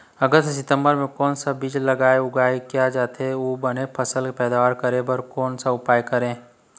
अगस्त सितंबर म कोन सा बीज ला उगाई किया जाथे, अऊ बने फसल के पैदावर करें बर कोन सा उपाय करें?